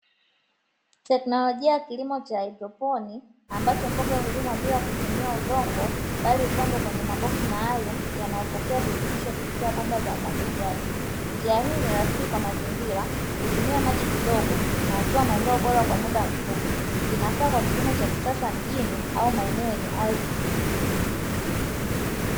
Teknolojia ya kilimo cha haidroponi, ambacho mboga hulimwa bila kutumia udongo bali hupandwa kwenye maboksi maalumu yanayopokea virutubisho kupitia bomba za umwagiliaji. Njia hii ni rafiki kwa mazingira, hutumia maji kidogo na hutoa mazao bora kwa muda mfupi. Inafaa kwa kilimo cha kisasa mjini au maeneo yenye ardhi finyu.